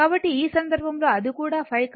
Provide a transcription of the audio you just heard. కాబట్టి ఈ సందర్భంలో అది కూడా ϕ